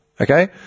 okay